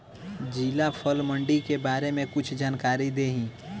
जिला फल मंडी के बारे में कुछ जानकारी देहीं?